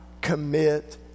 commit